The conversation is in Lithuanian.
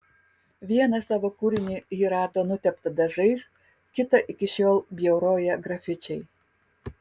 vieną savo kūrinį ji rado nuteptą dažais kitą iki šiol bjauroja grafičiai